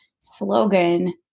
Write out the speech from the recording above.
slogan